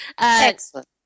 Excellent